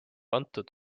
antud